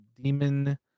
Demon